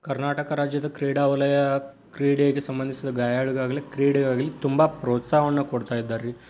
ಕರ್ನಾಟಕ ರಾಜ್ಯದ ಕ್ರೀಡಾವಲಯ ಕ್ರೀಡೆಗೆ ಸಂಬಂಧಿಸಿದ ಗಾಯಾಳುಗಾಗಲಿ ಕ್ರೀಡೆಗಾಗಲಿ ತುಂಬ ಪ್ರೋತ್ಸಾಹವನ್ನು ಕೊಡ್ತಾ ಇದ್ದಾರೆ ರೀ